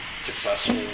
successful